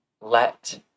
let